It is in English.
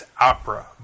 opera